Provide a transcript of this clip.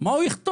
מה הוא יכתוב?